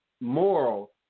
moral